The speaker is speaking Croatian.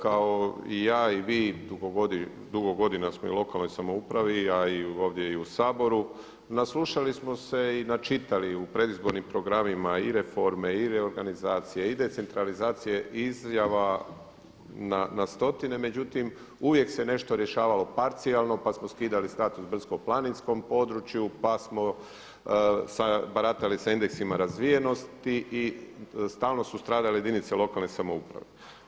Kao i ja i vi dugo godina smo i u lokalnoj samoupravi a i ovdje u Saboru naslušali smo se i načitali u predizbornim programima i reforme, i reorganizacije, i decentralizacije, izjava na stotine međutim uvijek se nešto rješavalo parcijalno pa smo skidali status brdsko-planinskog području, pa smo baratali sa indeksima razvijenosti i stalnu su stradale jedinice lokalne samouprave.